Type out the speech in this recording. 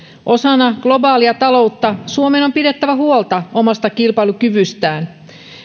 osana globaalia taloutta suomen on pidettävä huolta omasta kilpailukyvystään